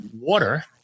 water